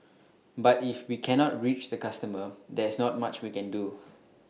but if we cannot reach the customer there is not much we can do